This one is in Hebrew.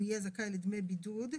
יהיה זכאי לדמי בידוד,